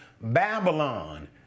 Babylon